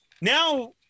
Now